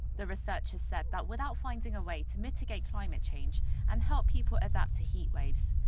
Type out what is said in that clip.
the researchers said that without finding a way to mitigate climate change and help people adapt to heatwaves,